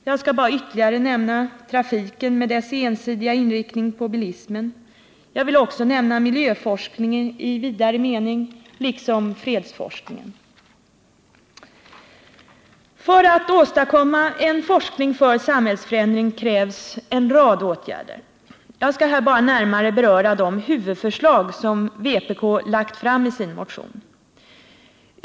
Jag vill bara ytterligare nämna trafiken med dess ensidiga inriktning på bilismen. Jag vill också nämna miljöforskningen i vidare mening liksom fredsforskningen. För att åstadkomma en forskning för samhällsförändring krävs en rad åtgärder. Jag skall här bara nämna de huvudförslag som vpk lagt fram i sin motion.